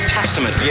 Testament